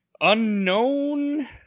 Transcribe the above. unknown